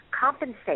compensate